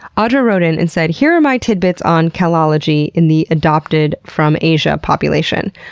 audra wrote in and said, here are my tidbits on kalology in the adopted-from-asia population.